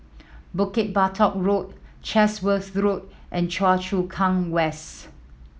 Bukit Batok Road Chatsworth Road and Choa Chu Kang West